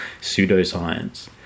pseudoscience